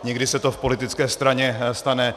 Někdy se to v politické straně stane.